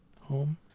home